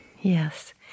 Yes